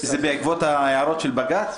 זה בעקבות ההערות של בג"ץ?